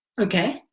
okay